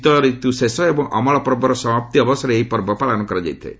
ଶୀତ ଋତୁ ଶେଷ ଏବଂ ଅମଳ ପର୍ବର ସମାପ୍ତି ଅବସରରେ ଏହି ପର୍ବ ପାଳନ କରାଯାଇଥାଏ